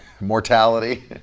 mortality